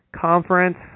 conference